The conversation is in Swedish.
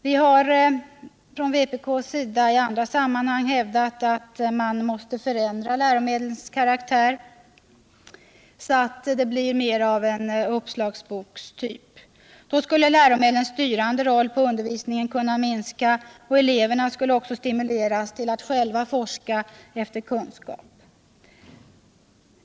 Vpk har i andra sammanhang hävdat att läromedlens karaktär måste förändras till att bli av uppslagsbokstyp. Då skulle läromedlens styrande roll på undervisningen kunna minska, och eleverna skulle också stimuleras till att själva forska efter kunskap.